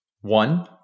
One